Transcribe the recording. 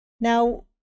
Now